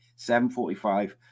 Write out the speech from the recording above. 7.45